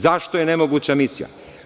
Zašto je nemoguća misija?